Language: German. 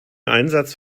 einsatz